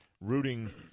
rooting